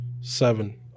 Seven